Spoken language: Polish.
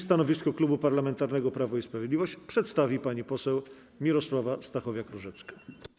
Stanowisko Klubu Parlamentarnego Prawo i Sprawiedliwość przedstawi pani poseł Mirosława Stachowiak-Różecka.